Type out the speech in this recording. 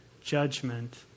judgment